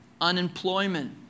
unemployment